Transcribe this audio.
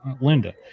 Linda